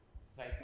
say